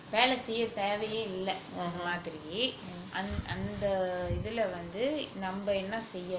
வேலை செய்ய தேவையே இல்ல அந்தமாதிரி அந்த இதுல வந்து நம்ம என்ன செய்யனும்:velai seiya thevaiyaeilla anthamathiri antha ithula namma enna seiyanum